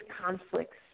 conflicts